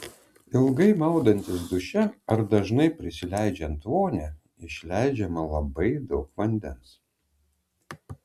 ilgai maudantis duše ar dažnai prisileidžiant vonią išleidžiama labai daug vandens